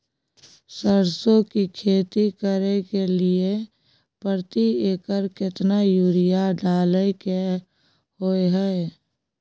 सरसो की खेती करे के लिये प्रति एकर केतना यूरिया डालय के होय हय?